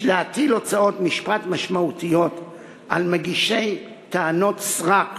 יש להטיל הוצאות משפט משמעותיות על מגישי טענות סרק